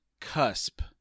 cusp